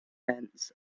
ants